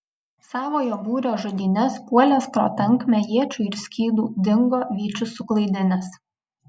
savojo būrio žudynes puolęs pro tankmę iečių ir skydų dingo vyčius suklaidinęs